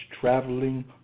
traveling